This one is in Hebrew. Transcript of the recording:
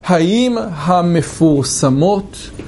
האם המפורסמות